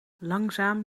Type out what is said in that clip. langzaam